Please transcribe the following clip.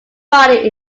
body